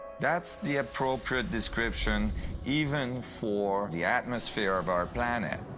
that's the appropriate description even for the atmosphere of our planet.